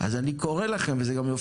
אז אני קורא לכם,